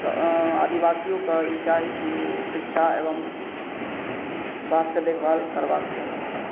आदिवासियोके ई चाही कि ओ शिक्षा एवं स्वास्थ्यके देखभाल करबाक चाही